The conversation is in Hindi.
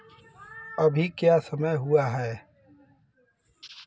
अभी क्या समय हुआ है